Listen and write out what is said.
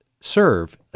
serve